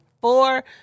four